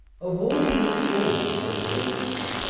of all the forms of literature,